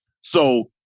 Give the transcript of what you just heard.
So-